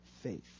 faith